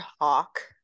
Hawk